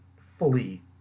fully